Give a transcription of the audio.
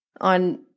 on